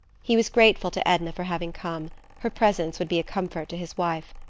he was grateful to edna for having come her presence would be a comfort to his wife.